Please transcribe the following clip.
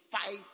fight